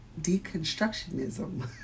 deconstructionism